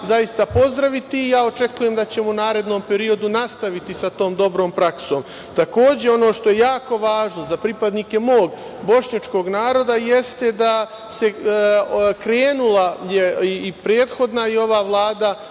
treba pozdraviti. Ja očekujem da ćemo u narednom periodu nastaviti sa tom dobrom praksom. Ono što je jako važno za pripadnike mog bošnjačkog naroda jeste da je krenula i prethodna i ova Vlada